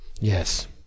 Yes